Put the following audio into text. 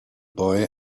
boy